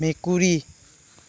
মেকুৰী